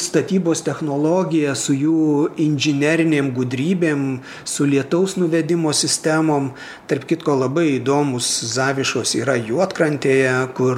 statybos technologija su jų inžinerinėm gudrybėm su lietaus nuvedimo sistemom tarp kitko labai įdomūs zavišos yra juodkrantėje kur